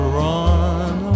run